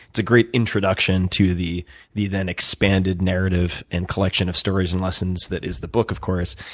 it's a great introduction to the the then expanded narrative and collection of stories and lessons that is the book, of course.